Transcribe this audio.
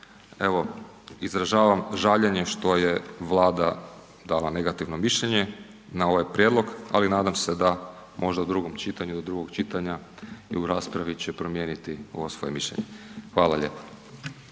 evo izražavam žaljenje što je Vlada dala negativno mišljenje na ovaj prijedlog ali nadam se da možda u drugom čitanju, do drugog čitanja i u raspravi će promijeniti ovo svoje mišljenje. Hvala lijepa.